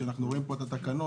כשאנחנו רואים פה את התקנות,